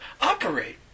operate